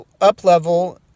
up-level